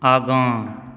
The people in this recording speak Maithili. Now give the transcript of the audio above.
आगाँ